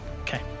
Okay